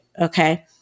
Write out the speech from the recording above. Okay